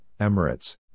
Emirates